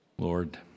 Lord